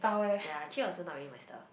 ya actually also not really my style